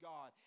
God